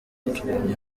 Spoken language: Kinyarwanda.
tubonye